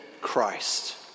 Christ